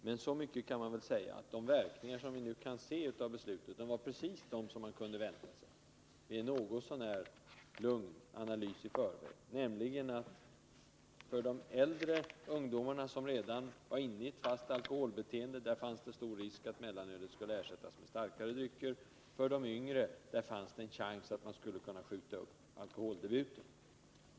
Men så mycket kan man nog äga, som att verkningarna av beslutet tycks bli precis de som man kunde vänta sig efter en något så när lugn analys: För de äldre ungdomar som redan var inne i ett fast alkoholbeteende fanns stor risk för att mellanölet skulle ersättas med 95 starkare drycker. För de yngre fanns en chans att man skulle kunna skjuta upp alkoholdebuten.